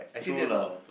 true lah